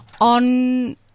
on